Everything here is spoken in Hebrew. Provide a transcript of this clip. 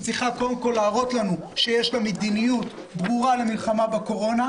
היא צריכה קודם כל להראות לנו שיש לה מדיניות ברורה למלחמה בקורונה,